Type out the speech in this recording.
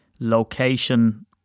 location